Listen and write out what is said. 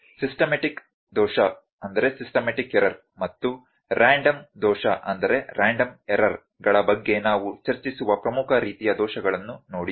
systematic ದೋಷ ಮತ್ತು random ದೋಷಗಳ ಬಗ್ಗೆ ನಾವು ಚರ್ಚಿಸುವ ಪ್ರಮುಖ ರೀತಿಯ ದೋಷಗಳನ್ನು ನೋಡಿ